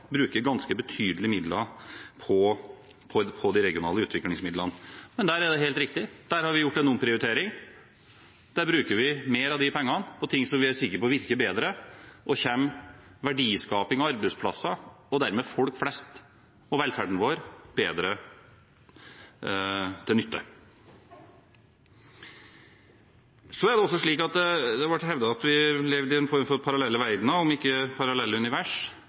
bruker ganske betydelige midler på de regionale utviklingsmidlene. Det er helt riktig at der har vi gjort en omprioritering, der bruker vi mer av pengene på ting som vi er sikre på virker bedre, og som kommer verdiskaping og arbeidsplasser, og dermed folk flest og velferden vår, bedre til nytte. Så er det også slik at det ble hevdet at vi levde i en form for parallelle verdener, om ikke parallelle univers